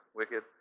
wicked